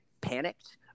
panicked